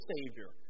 Savior